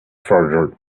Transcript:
further